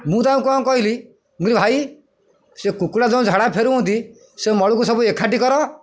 ମୁଁ ତାଙ୍କୁ କ'ଣ କହିଲି ମୁଁ କହିଲି ଭାଇ ସେ କୁକୁଡ଼ା ଯେଉଁ ଝାଡ଼ା ଫେରୁଛନ୍ତି ସେ ମଳକୁ ସବୁ ଏକାଠି କର